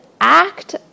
act